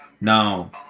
now